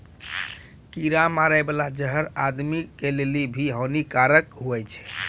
कीड़ा मारै बाला जहर आदमी के लेली भी हानि कारक हुवै छै